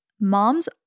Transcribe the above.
moms